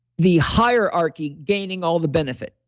the hierarchy gaining all the benefit.